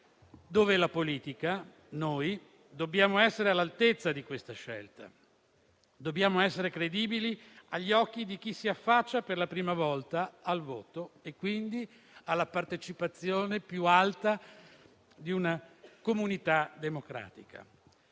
cui la politica, noi, dobbiamo essere all'altezza di questa scelta. Dobbiamo essere credibili agli occhi di chi si affaccia per la prima volta al voto e, quindi, alla partecipazione più alta di una comunità democratica.